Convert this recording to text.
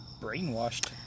brainwashed